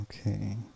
Okay